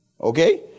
Okay